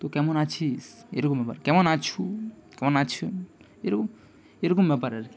তো কেমন আছিস এরম হবে কেমন আছু কেমন আছ্ এরকম এরকম ব্যাপার আর কী